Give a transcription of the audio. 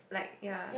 like ya like